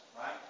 Right